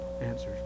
answers